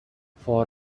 for